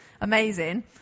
amazing